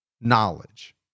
knowledge